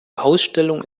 ausstellung